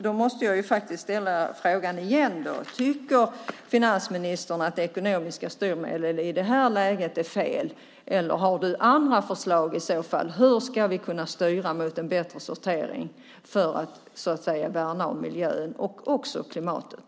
Då måste jag ställa frågan igen: Tycker finansministern att ekonomiska styrmedel i det här läget är fel, eller har du andra förslag om hur vi ska kunna styra mot en bättre sortering för att värna om miljön och också klimatet?